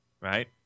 right